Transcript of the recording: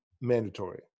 mandatory